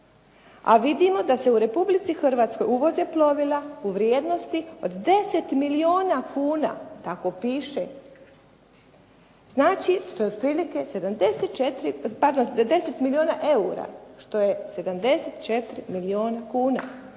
a vidimo da se u Republici Hrvatskoj uvoze plovila u vrijednosti od 10 milijuna kuna, tako piše. Pardon, 10 milijuna eura što je 74 milijuna kuna.